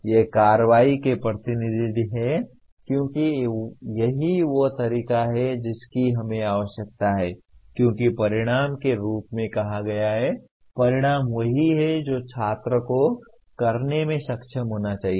वे कार्रवाई के प्रतिनिधि हैं क्योंकि यही वह तरीका है जिसकी हमें आवश्यकता है क्योंकि परिणाम के रूप में कहा गया है परिणाम वही है जो छात्र को करने में सक्षम होना चाहिए